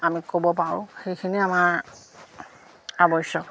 আমি ক'ব পাৰোঁ সেইখিনি আমাৰ আৱশ্যক